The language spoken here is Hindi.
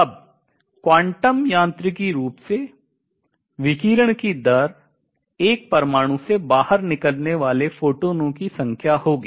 अब क्वांटम यांत्रिकी रूप से विकिरण की दर एक परमाणु से बाहर निकलने वाले फोटॉनों की संख्या होगी